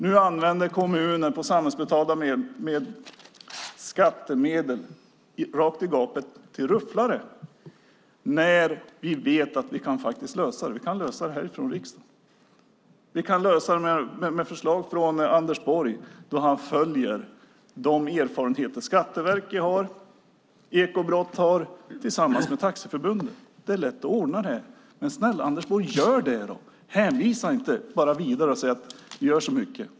Nu använder kommuner skattemedel som går rakt i gapet på rufflare. Samtidigt vet vi att vi kan lösa problemet. Vi kan lösa det i riksdagen. Vi kan lösa det med förslag från Anders Borg om han följer de erfarenheter Skatteverket, Ekobrottsmyndigheten och Taxiförbundet har. Det är lätt att ordna. Snälla Anders Borg, gör det i stället för att hänvisa till att ni gör så mycket!